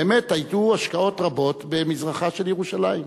באמת היו השקעות רבות במזרחה של ירושלים.